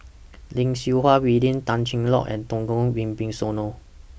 Lim Siew Wai William Tan Cheng Lock and Djoko Wibisono